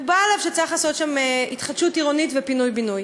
מקובל עליו שצריך לעשות שם התחדשות עירונית ופינוי-בינוי.